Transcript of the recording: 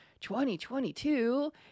2022